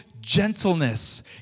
gentleness